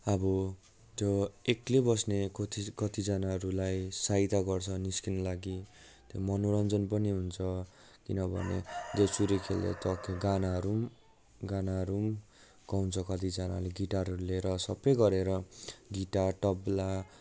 अब त्यो एक्लै बस्ने कति कतिजनाहरूलाई सहायता गर्छ निस्किनु लागि त्यो मनोरञ्जन पनि हुन्छ किनभने देउसुरे खेल्दा टक्कै गानाहरू पनि गानाहरू पनि गाउँछ कतिजनाले गिटारहरू लिएर सबै गरेर गिटार तबला